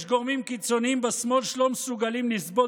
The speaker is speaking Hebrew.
יש גורמים קיצוניים בשמאל שלא מסוגלים לסבול